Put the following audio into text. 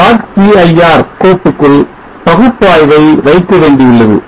dot cir கோப்புக்குள் பகுப்பாய்வை வைக்க வேண்டியுள்ளது